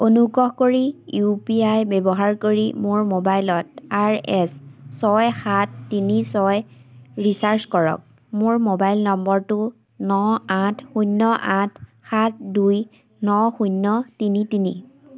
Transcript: অনুগ্ৰহ কৰি U P I ব্যৱহাৰ কৰি মোৰ মোবাইলত আৰ এছ ছয় সাত তিনি ছয় ৰিচাৰ্জ কৰক মোৰ মোবাইল নম্বৰটো ন আঠ শূন্য আঠ সাত দুই ন শূন্য তিনি তিনি